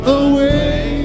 away